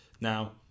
now